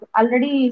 already